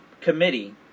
committee